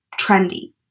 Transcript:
trendy